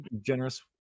generous-